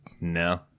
No